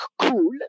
cool